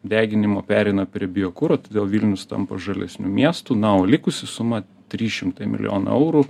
deginimo pereina prie biokuro todėl vilnius tampa žalesniu miestu na o likusi suma trys šimtai milijonų eurų